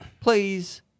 Please